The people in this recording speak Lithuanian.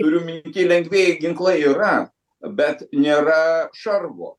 turiu minty lengvieji ginklai yra bet nėra šarvo